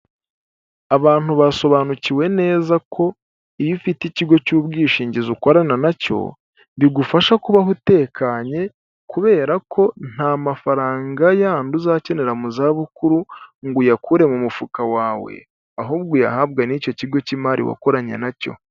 Abantu basobanukiwe neza ko, iyo ufite ikigo cy'ubwishingizi ukorana na cyo, bigufasha kubaho utekanye, kubera ko nta mafaranga yandi uzakenera mu zabukuru ngo uyakure mu mufuka wawe, ahubwo uyahabwe n'icyo kigo cy'imari wakoranye nacyo.